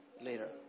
later